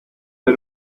con